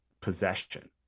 possession